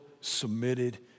submitted